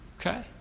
Okay